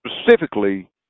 specifically